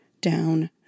down